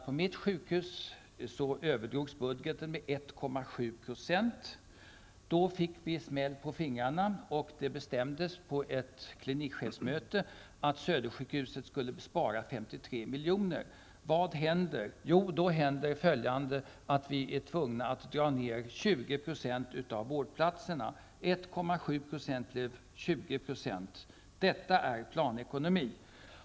På mitt sjukhus överdrogs budgeten med 1,7 %. Då fick vi smäll på fingrarna, och det bestämdes på ett klinikchefsmöte att Södersjukhuset skulle spara 53 milj.kr. Vad hände då? Jo, vi blev tvungna att dra ner 20 % av vårdplatserna -- 1,7 % blev plötsligt 20 %. Detta är planekonomi.